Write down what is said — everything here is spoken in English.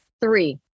three